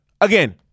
again